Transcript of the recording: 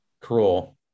cruel